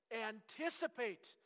anticipate